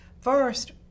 First